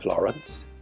Florence